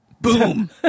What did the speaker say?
Boom